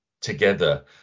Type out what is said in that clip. together